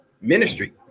ministry